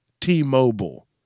T-Mobile